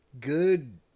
good